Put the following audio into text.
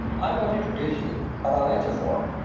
i won't introduce you, but i'll answer for him.